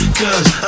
cause